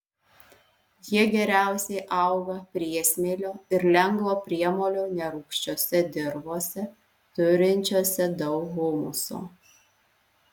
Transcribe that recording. jie geriausiai auga priesmėlio ir lengvo priemolio nerūgščiose dirvose turinčiose daug humuso